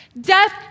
Death